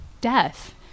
death